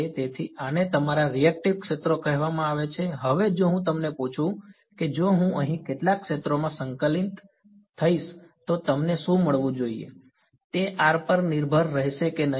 તેથી આને તમારા રીએક્ટિવ ક્ષેત્રો કહેવામાં આવે છે હવે જો હું તમને પૂછું કે જો હું અહીં કેટલાક ક્ષેત્રોમાં સંકલિત થઈશ તો તમને શું મળવું જોઈએ તેપર નિર્ભર રહેશે કે નહીં